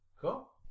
cool